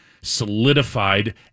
solidified